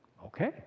Okay